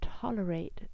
tolerate